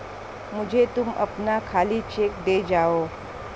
मुझे तुम अपना खाली चेक दे जाओ